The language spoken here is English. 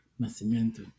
Nascimento